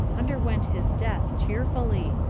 underwent his death cheerfully,